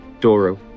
Doro